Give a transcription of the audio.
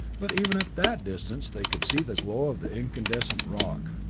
but even at that distance they could see the glow of the incandescent rock.